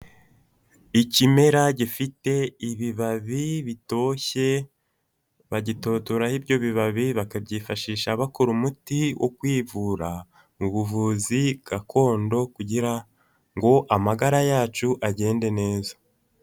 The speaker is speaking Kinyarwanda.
Ikimera gifite ibibabi bitoshye, bagitotoraho ibyo bibabi bakabyifashisha bakora umuti wo kwivura mu buvuzi gakondo kugira ngo amagara yacu agende neza.